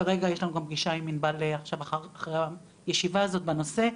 כרגע יש לנו עכשיו פגישה עם ענבל לאחר הוועדה הזו בנושא.